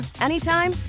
anytime